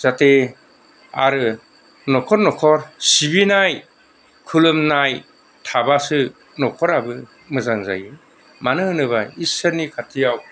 जाहथे आरो न'खर न'खर सिबिनाय खुलुमनाय थाबासो न'खराबो मोजां जायो मानोहोनोबा इसोरनि खाथियाव